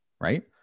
Right